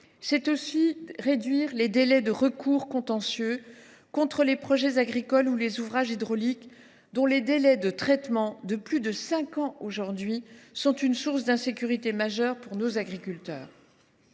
c’est aussi réduire les délais des recours contentieux contre les projets agricoles ou les ouvrages hydrauliques, dont les durées de traitement, de plus de cinq ans aujourd’hui, sont une source d’insécurité majeure pour nos agriculteurs.